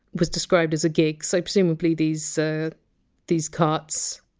was described as a gig. so presumably these ah these carts,